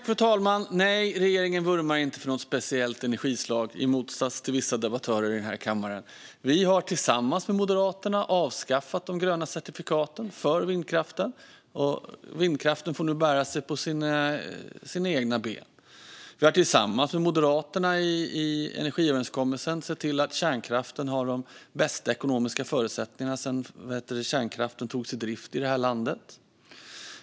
Fru talman! Nej, regeringen vurmar inte för något speciellt energislag - i motsats till vissa debattörer i den här kammaren. Vi har tillsammans med Moderaterna avskaffat de gröna certifikaten för vindkraften. Vindkraften får nu bära sig själv och stå på egna ben. Vi har tillsammans med Moderaterna i energiöverenskommelsen sett till att kärnkraften har de bästa ekonomiska förutsättningarna sedan kärnkraften togs i drift i det här landet.